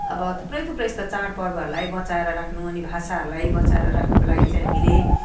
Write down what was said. अब थुप्रै थुप्रै यस्ता चाडपर्वहरूलाई बचाएर राख्नु अनि भाषाहरूलाई बचाएर राख्नुको लागि चाहिँ हामीले